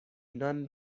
نان